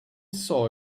saw